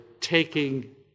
taking